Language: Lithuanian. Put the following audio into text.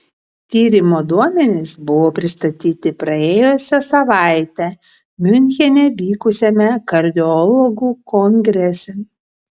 tyrimo duomenys buvo pristatyti praėjusią savaitę miunchene vykusiame kardiologų kongrese